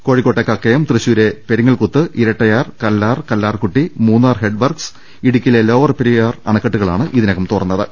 കോഴിക്കോട്ടെ കക്കയം തൃശൂരെ പെരിങ്ങൽക്കുത്ത് ഇരട്ടയാർ കല്ലാർ കല്ലാർക്കുട്ടി മൂന്നാർ ഹെഡ്വർക്സ് ഇടുക്കിയിലെ ലോവർ പെരിയാർ അണ ക്കെട്ടുകളാണ് ഇതിനകം തുറന്നത്